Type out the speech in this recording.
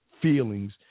feelings